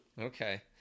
okay